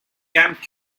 camp